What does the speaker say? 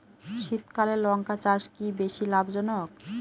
শীতকালে লঙ্কা চাষ কি বেশী লাভজনক?